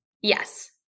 Yes